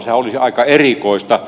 sehän olisi aika erikoista